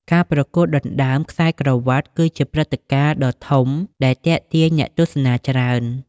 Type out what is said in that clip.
ការប្រកួតដណ្តើម ខ្សែក្រវាត់ គឺជាព្រឹត្តិការណ៍ដ៏ធំដែលទាក់ទាញអ្នកទស្សនាច្រើន។